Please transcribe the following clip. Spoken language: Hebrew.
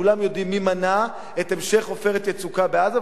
כולם יודעים מי מנע את המשך "עופרת יצוקה" בעזה,